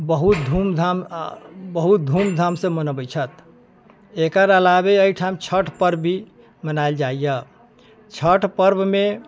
बहुत धूमधाम बहुत धूमधामसँ मनबै छथि एकर अलावे एहिठाम छठि पर्ब भी मनायल जाइया छठि पर्बमे